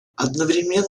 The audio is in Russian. одновременно